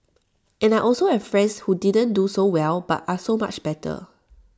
and I also have friends who didn't do so well but are so much better